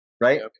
right